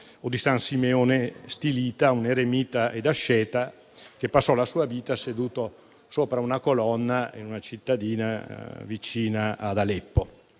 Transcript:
o di San Simeone Stilita, un eremita ed asceta che passò la sua vita seduto sopra una colonna in una cittadina vicina ad Aleppo.